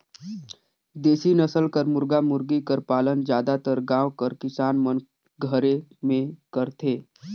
देसी नसल कर मुरगा मुरगी कर पालन जादातर गाँव कर किसान मन घरे में करथे